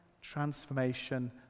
transformation